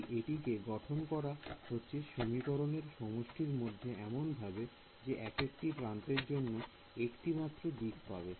তাই এটিকে গঠন করা হয়েছে সমীকরণের সমষ্টির মধ্যে এমনভাবে যে একেকটি প্রান্তের জন্য একটিমাত্র দিক পাবে